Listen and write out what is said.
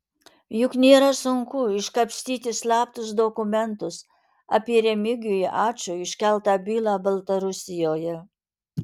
juk nėra sunku iškapstyti slaptus dokumentus apie remigijui ačui iškeltą bylą baltarusijoje